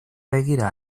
begira